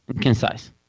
Concise